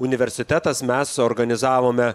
universitetas mes suorganizavome